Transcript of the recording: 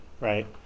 right